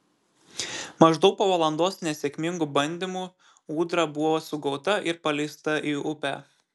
maždaug po valandos nesėkmingų bandymų ūdra buvo sugauta ir paleista į upę